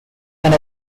and